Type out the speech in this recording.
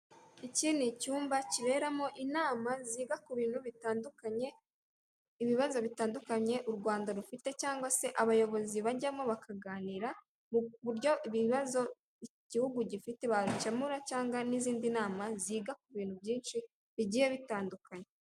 Iki ni icyumba kiberamo inama ziga ku bintu bitandukanye, ibibazo bitandukanye u Rwanda rufite cyangwa se abayobozi bajyamo bakaganira ku buryo ibibazo igihugu gifite babikemura cyangwa n'izindi nama ziga ku bintu byinshi bigiye bitandukanye.